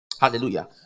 Hallelujah